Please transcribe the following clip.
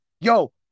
Yo